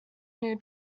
new